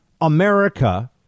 America